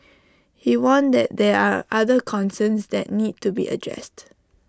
he warned that there are other concerns that need to be addressed